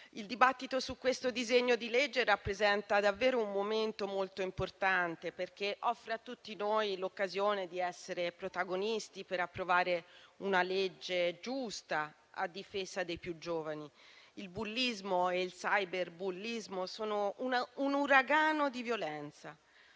il dibattito su questo disegno di legge rappresenta davvero un momento molto importante, perché offre a tutti noi l'occasione di essere protagonisti per approvare una legge giusta a difesa dei più giovani. Il bullismo e il cyberbullismo sono un uragano di violenza